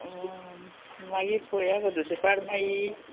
मागीर पोया गो दुसरे फाट मागी